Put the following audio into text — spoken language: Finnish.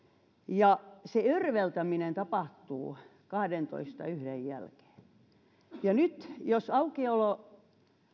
ja se örveltäminen tapahtuu kahdentoista tai yhden jälkeen ja nyt jos aukiolo